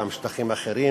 גם שטחים אחרים,